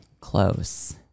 Close